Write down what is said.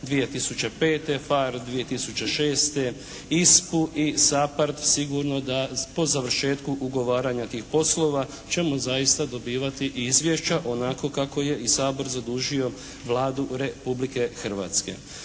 2005., PHARE 2006., ISPA-u i SAPARD sigurno da po završetku ugovaranja tih poslova ćemo zaista dobivati i izvješća onako kako je i Sabor zadužio Vladu Republike Hrvatske.